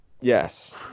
Yes